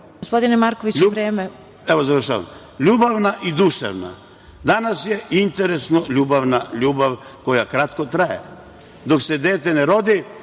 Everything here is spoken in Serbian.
Završavam.… ljubavna i duševna. Danas je interesno ljubavna ljubav koja kratko traje. Dok se dete ne rodi,